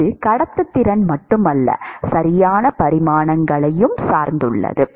இது கடத்துத்திறன் மட்டுமல்ல சரியான பரிமாணங்களையும் சார்ந்துள்ளது